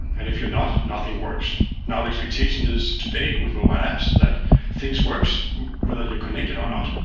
and if you're not, nothing works. now, the expectation is today with mobile apps, that things works whether you're connected or not.